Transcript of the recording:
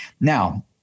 Now